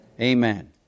Amen